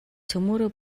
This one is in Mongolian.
цөмөөрөө